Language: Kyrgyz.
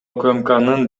укмкнын